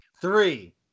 Three